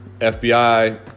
FBI